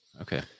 okay